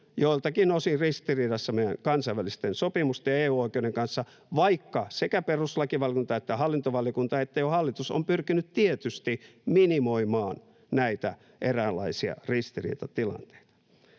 joiltakin osin ristiriidassa meidän kansainvälisten sopimusten ja EU-oikeuden kanssa, vaikka sekä perustuslakivaliokunta että hallintovaliokunta että jo hallitus ovat pyrkineet tietysti minimoimaan näitä eräänlaisia ristiriitatilanteita.